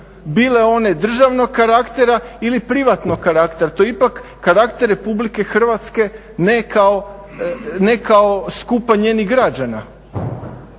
bile one državnog karaktera ili privatnog karaktera to je ipak karakter RH ne kao skupa njenih građana